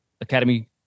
academy